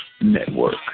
network